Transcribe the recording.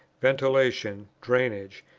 ventilation, drainage,